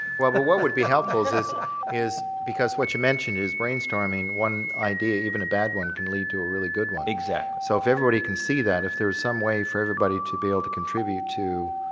what but what would be helpful is is ah because what you mentioned is brain storming one idea even a bad one can lead to a really good one. exactly. so if everybody can see that, if there's some way for everybody to be able to contribute to